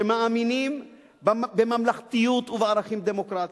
אפילו לא, שמאמינים בממלכתיות ובערכים דמוקרטיים.